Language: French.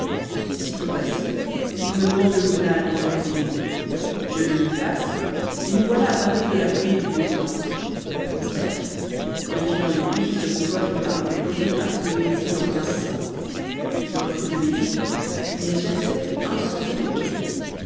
sitôt assis il me demande le journal quand j'aurai fini je le lui passe et nous voilà à parler de la pluie et du beau temps bref de fil en aiguille ce bourgeois finit par me proposer une partie de bezigue en quinze cents je refuse le bezigue mais j'accepte un cent de piquet